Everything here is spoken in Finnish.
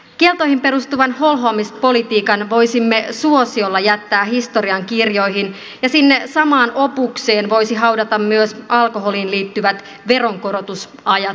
kieltoihin perustuvan holhoamispolitiikan voisimme suosiolla jättää historiankirjoihin ja sinne samaan opukseen voisi haudata myös alkoholiin liittyvät veronkorotusajatuksetkin